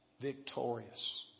victorious